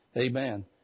Amen